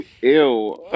Ew